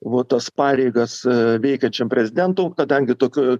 va tas pareigas veikiančiam prezidentui kadangi tokiu